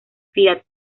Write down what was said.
fiat